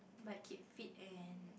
by keep fit and